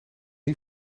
wel